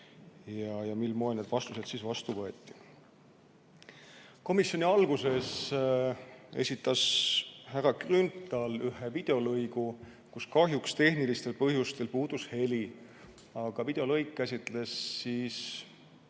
ja mil moel need vastused vastu võeti. Komisjoni alguses esitas härra Grünthal ühe videolõigu, millel kahjuks tehnilistel põhjustel puudus heli. Videolõik käsitles